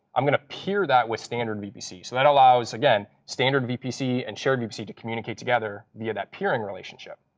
i'm going to peer that with standard vpc. so that allows, again, standard vpc and shared vpc to communicate together via that peering relationship.